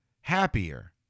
happier